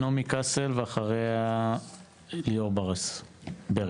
נעמי קסל ואחריה ליאור ברס.